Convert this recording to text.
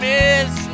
miss